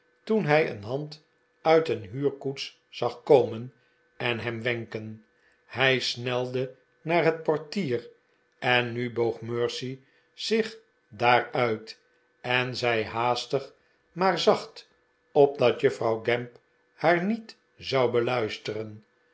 toen hij een hand uit een huurkoets zag komen en hem wenken hij snelde naar het portier en nu boog mercy zich daaruit en zei haastig maar zacht opdat juffrouw gamp haar niet zou beluisteren